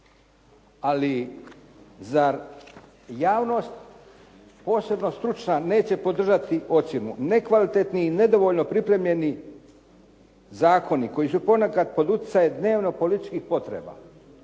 Ali zar javnost posebno stručna neće podržati ocjenu nekvalitetnih i nedovoljno pripremljeni zakoni koji su ponekad pod utjecajem dnevno-političkih potreba,